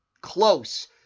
close